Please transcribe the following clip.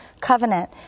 covenant